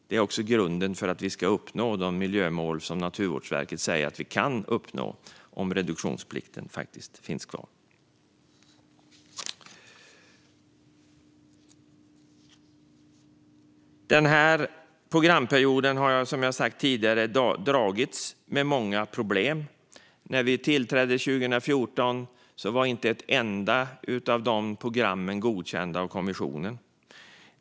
Det är också grunden för att vi ska uppnå de miljömål som Naturvårdsverket säger att vi kan uppnå om reduktionsplikten faktiskt finns kvar. Den här programperioden har, som jag har sagt tidigare, dragits med många problem. När vi tillträdde 2014 var inte ett enda av dessa program godkända av kommissionen.